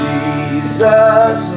Jesus